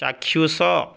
ଚାକ୍ଷୁଷ